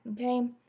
okay